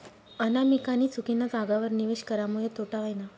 अनामिकानी चुकीना जागावर निवेश करामुये तोटा व्हयना